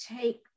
take